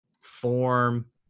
form